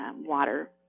water